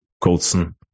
Colson